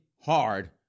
hard